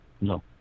No